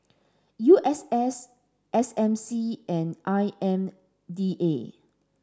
U S S S M C and I M D A